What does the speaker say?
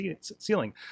ceiling